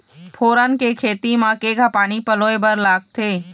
फोरन के खेती म केघा पानी पलोए बर लागथे?